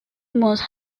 must